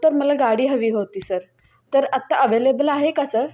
तर मला गाडी हवी होती सर तर आत्ता अव्हेलेबल आहे का सर